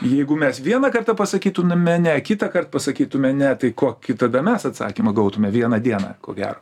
jeigu mes vieną kartą pasakytunume ne kitąkart pasakytume ne tai kokį tada mes atsakymą gautume vieną dieną ko gero